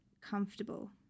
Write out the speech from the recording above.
comfortable